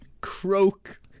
Croak